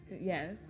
Yes